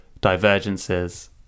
divergences